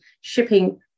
shipping